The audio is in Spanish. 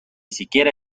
siquiera